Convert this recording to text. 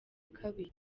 kabiri